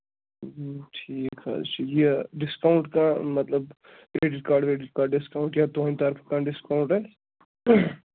ٹھیٖک حظ چھُ یہِ ڈِسکاوُنٛٹ کانٛہہ مطلب کرٛیٚڈِٹ کاڈ ویٚڈِٹ کاڈ ڈِسکاوُنٛٹ یا تُہٕنٛدۍ طرفہٕ کانٛہہ ڈِسکاوُنٛٹ آسہِ